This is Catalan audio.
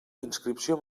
inscripció